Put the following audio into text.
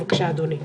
בבקשה אדוני.